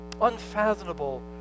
unfathomable